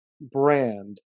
brand